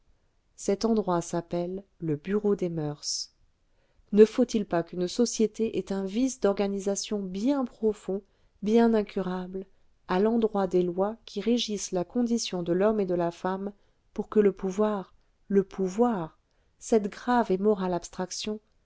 cet endroit s'appelle le bureau des moeurs ne faut-il pas qu'une société ait un vice d'organisation bien profond bien incurable à l'endroit des lois qui régissent la condition de l'homme et de la femme pour que le pouvoir le pouvoir cette grave et morale